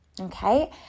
okay